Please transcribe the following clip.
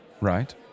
Right